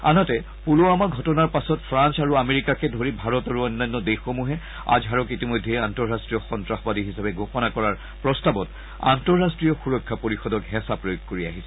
আনহাতে পুলৱামা ঘটনাৰ পাছত ফ্ৰান্স আৰু আমেৰিকাকে ধৰি ভাৰত আৰু অন্যান্য দেশসমূহে আজহাৰক ইতিমধ্যে আন্তঃৰাষ্ট্ৰীয় সন্তাসবাদী হিচাপে ঘোষণা কৰাৰ প্ৰস্তাৱত আন্তঃৰাষ্ট্ৰীয় সুৰক্ষা পৰিষদক হেঁচা প্ৰয়োগ কৰি আহিছে